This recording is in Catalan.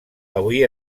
avui